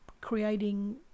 creating